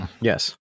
Yes